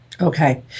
okay